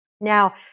Now